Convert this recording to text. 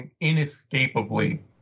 inescapably